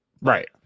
Right